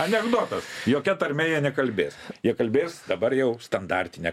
anekdotas jokia tarme jie nekalbės jie kalbės dabar jau standartine